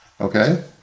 Okay